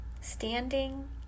Standing